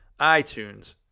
iTunes